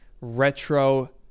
retro